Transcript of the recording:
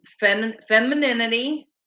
femininity